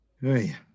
Hey